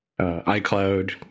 iCloud